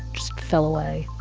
just fell away.